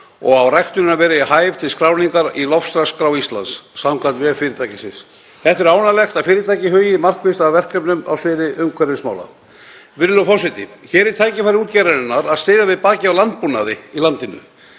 og á ræktunin að vera hæf til skráningar í Loftslagsskrá Íslands samkvæmt vef fyrirtækisins. Það er ánægjulegt að fyrirtækið hugi markvisst að verkefnum á sviði umhverfismála. Virðulegur forseti. Hér er tækifæri útgerðarinnar að styðja við bakið á landbúnaði í landinu